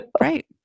Right